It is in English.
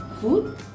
Food